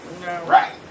Right